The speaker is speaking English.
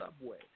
subway